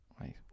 right